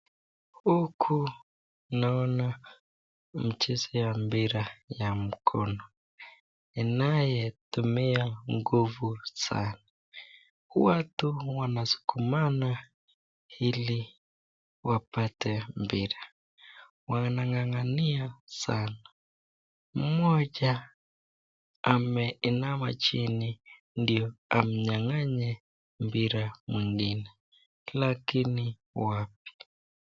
Huku naona mchezo ya mpira ya mkono, inayotumia nguvu sana. Watu wanasukumana ili wapate mpira, wananga'ng'ania sana. Mmoja ameinama chini ndio amnyang'anye mpira mwengine lakini wapi.